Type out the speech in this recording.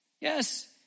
Yes